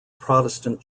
protestant